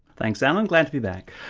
thanks alan, glad to be back.